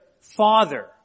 father